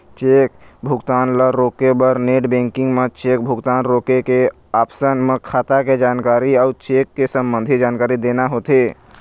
cheque भुगतान ल रोके बर नेट बेंकिंग म चेक भुगतान रोके के ऑप्सन म खाता के जानकारी अउ चेक ले संबंधित जानकारी देना होथे